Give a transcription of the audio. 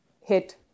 hit